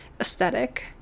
aesthetic